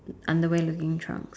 underwear looking trunks